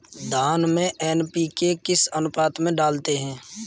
धान में एन.पी.के किस अनुपात में डालते हैं?